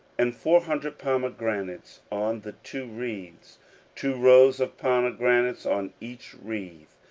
and four hundred pomegranates on the two wreaths two rows of pomegranates on each wreath,